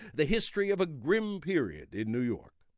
the history of a grim period in new york.